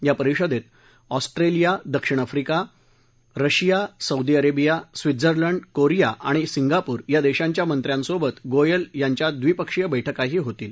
या परिषदेत ऑस्ट्रेलिया दक्षिण Africa Russia Saudi Arabia Switzerland Korea आणि सिंगापूर या देशांच्या मंत्र्यांसोबत गोयल यांच्या द्विपक्षीय बैठकाही होतील